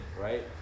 right